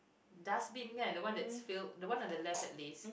dustbin kan the one that's filled the one on the left at least